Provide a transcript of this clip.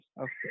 Okay